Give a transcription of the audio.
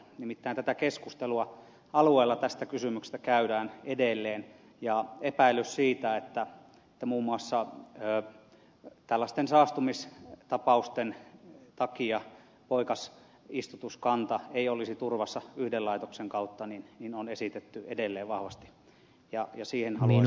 nimittäin tätä keskustelua alueella tästä kysymyksestä käydään edelleen ja epäilys siitä että muun muassa tällaisten saastumistapausten takia poikasistutuskanta ei olisi turvassa yhden laitoksen kautta on esitetty edelleen vahvasti ja siihen haluaisin kuulla arvioin